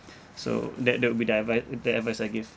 so that that would be the advice the advice I give